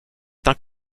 est